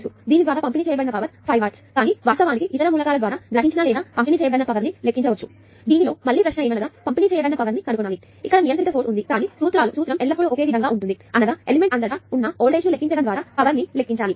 కాబట్టి దీని ద్వారా పంపిణీ చేయబడిన పవర్ 5 వాట్స్ కానీ వాస్తవానికి మీరు ఏ ఇతర మూలకం ద్వారా గ్రహించిన లేదా పంపిణీ చేయబడిన పవర్ ని లెక్కించవచ్చు దీనిలో మళ్ళీ ప్రశ్న ఏమనగా పంపిణీ చేయబడిన పవర్ కనుగొనాలి నియంత్రిత సోర్స్ ఉంది కానీ సూత్రం ఎల్లప్పుడూ ఒకే విధంగా ఉంటుంది అనగా ఎలిమెంట్ అంతటా ఉన్న వోల్టేజ్ను లెక్కించడం ద్వారా పవర్ ని లెక్కించాలి